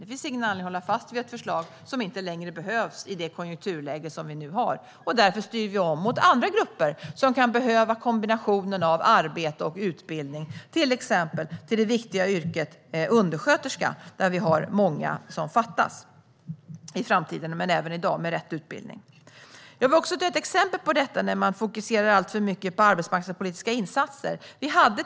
Det finns ingen anledning att hålla fast vid ett förslag som inte längre behövs i det konjunkturläge som vi nu har. Därför styr vi om mot andra grupper som kan behöva kombinationen av arbete och utbildning, till exempel till det viktiga yrket undersköterska. Där fattas många med rätt utbildning, i framtiden men även i dag. Jag vill nämna ett exempel på hur man fokuserar alltför mycket på arbetsmarknadspolitiska insatser.